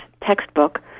textbook